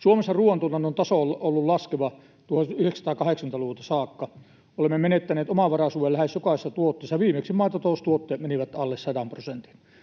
Suomessa ruoantuotannon taso on ollut laskeva 1980-luvulta saakka. Olemme menettäneet omavaraisuuden lähes jokaisessa tuotteessa. Viimeksi maitotaloustuotteet menivät alle sadan prosentin.